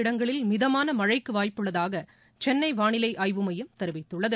இடங்களில் மிதமான மழைக்கு வாய்ப்புள்ளதாக சென்னை வாளிலை தெரிவித்துள்ளது